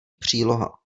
příloha